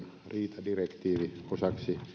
riitadirektiivi osaksi